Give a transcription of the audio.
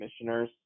Commissioners